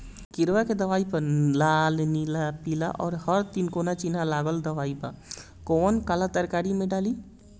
किड़वा के दवाईया प लाल नीला पीला और हर तिकोना चिनहा लगल दवाई बा कौन काला तरकारी मैं डाली?